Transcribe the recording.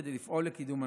כדי לפעול לקידום הנושא,